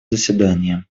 заседание